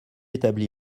établi